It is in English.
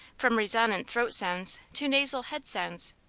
from resonant throat sounds to nasal head sounds,